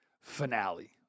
finale